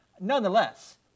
nonetheless